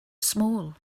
small